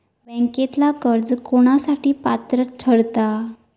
बँकेतला कर्ज कोणासाठी पात्र ठरता?